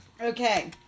Okay